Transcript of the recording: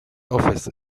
office